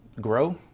grow